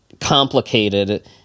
complicated